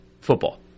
football